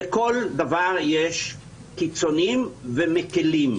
בכל דבר יש קיצונים ומקלים.